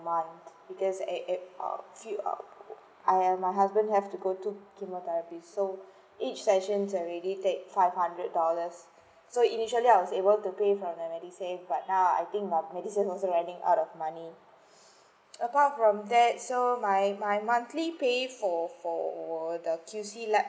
month because it it few ah I and my husband have to go to chemotherapy so each sessions already take five hundred dollars so initially I was able to pay from my pettysave but now I think my pettysave also running out money apart from that so my my monthly pay for for the Q_C lab